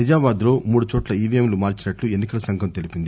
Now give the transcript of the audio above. నిజామాబాద్ లో మూడు చోట్ల ఈవిఎంలు మార్చినట్టు ఎన్ని కల సంఘం తెలిపింది